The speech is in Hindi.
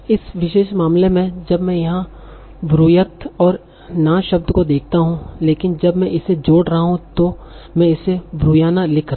इस विशेष मामले में जब मैं यहाँ 'bruyat' और 'na' शब्द को देखता हूं लेकिन जब मैं इसे जोड़ रहा हूं तो में इसे 'bruyanna' लिख रहा हूं